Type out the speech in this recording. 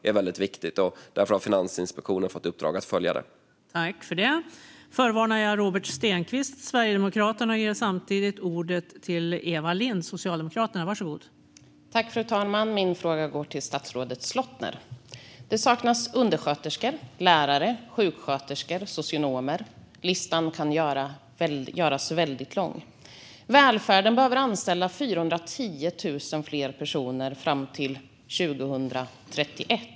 Det är väldigt viktigt, och därför har Finansinspektionen fått i uppdrag att följa detta.